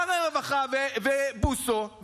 שר הרווחה ובוסו,